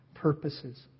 Purposes